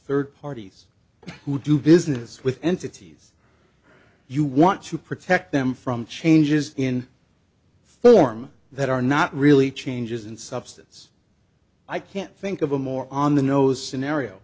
third parties who do business with entities you want to protect them from changes in form that are not really changes in substance i can't think of a more on the nose scenario